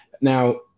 Now